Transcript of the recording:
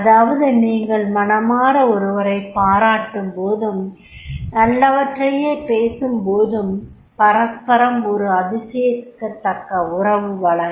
அதாவது நீங்கள் மனமார ஒருவரைப் பாராட்டும்போதும் நல்லவற்றையே பேசும்போதும் பரஸ்பரம் ஒரு அதிசயக்கத்தக்க உறவு வளரும்